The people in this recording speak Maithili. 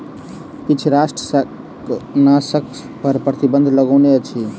किछ राष्ट्र शाकनाशक पर प्रतिबन्ध लगौने अछि